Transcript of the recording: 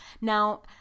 Now